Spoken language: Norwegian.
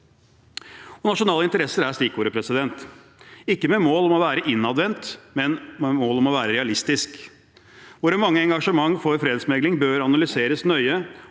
Nasjonale interesser er stikkordet – ikke med mål om å være innadvendt, men med mål om å være realistisk. Våre mange engasjementer for fredsmegling bør analyseres nøye,